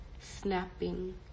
snapping